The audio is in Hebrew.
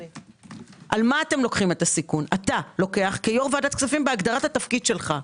אתה לוקח כיו"ר ועדת כספים בהגדרת התפקיד שלך.